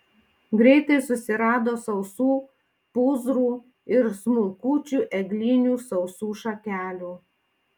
greitai susirado sausų pūzrų ir smulkučių eglinių sausų šakelių